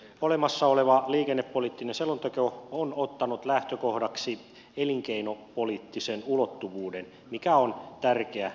olemassa oleva liikennepoliittinen selonteko on ottanut lähtökohdaksi elinkeinopoliittisen ulottuvuuden mikä on tärkeä näkökulma